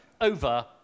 over